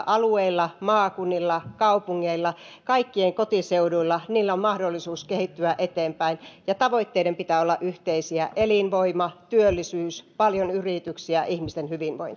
alueilla maakunnilla kaupungeilla kaikkien kotiseuduilla on mahdollisuus kehittyä eteenpäin ja tavoitteiden pitää olla yhteisiä elinvoima työllisyys paljon yrityksiä ja ihmisten hyvinvointi